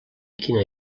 quina